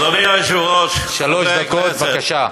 אדוני היושב-ראש, חברי הכנסת, שלוש דקות, בבקשה.